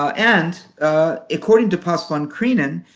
ah and according to pasch van krienen,